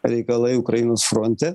reikalai ukrainos fronte